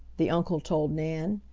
the uncle told nan,